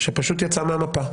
שפשוט יצא מהמפה.